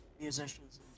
musicians